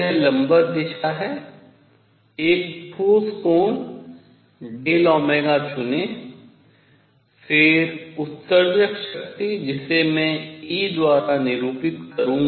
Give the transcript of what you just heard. तो यह लंबवत दिशा है एक ठोस कोण ΔΩ चुनें फिर उत्सर्जक शक्ति जिसे मैं e द्वारा निरूपित करूंगा